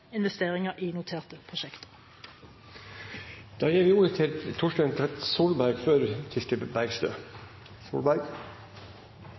investeringer i noterte prosjekter. Da gir vi ordet til Torstein Tvedt Solberg, før Kirsti